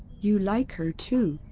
you like her too,